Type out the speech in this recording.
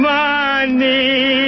money